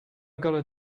gotta